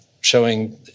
showing